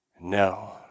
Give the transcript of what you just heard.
no